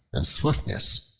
and swiftness,